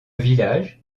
village